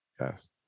Yes